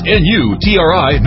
n-u-t-r-i